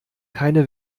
keine